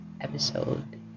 episode